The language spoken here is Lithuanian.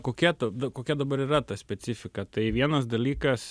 kokia ta kokia dabar yra ta specifika tai vienas dalykas